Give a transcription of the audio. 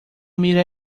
mira